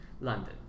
London